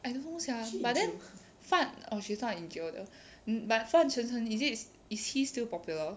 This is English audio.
I don't know sia but then 范 oh she's not in jail though but fan cheng cheng is it is he still popular